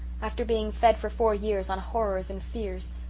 after being fed for four years on horrors and fears,